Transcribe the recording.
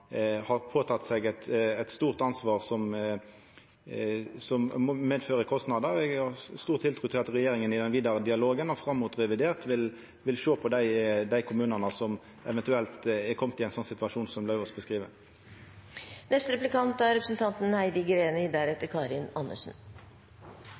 har teke på seg eit stort ansvar som medfører kostnader. Eg har stor tiltru til at regjeringa i den vidare dialogen og fram mot revidert vil sjå på dei kommunane som eventuelt har kome i ein slik situasjon som